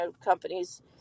companies